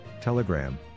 Telegram